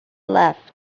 left